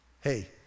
Hey